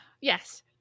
yes